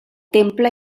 temple